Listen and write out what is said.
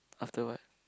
after what